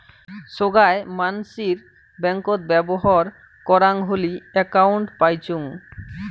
সোগায় মানসির ব্যাঙ্কত ব্যবহর করাং হলি একউন্ট পাইচুঙ